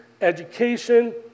education